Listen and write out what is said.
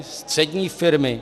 Střední firmy?